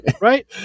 Right